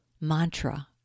mantra